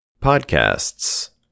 Podcasts